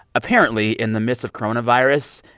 apparently, in the midst of coronavirus,